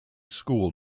school